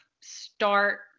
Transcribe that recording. start